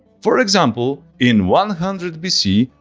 for example in one hundred bc,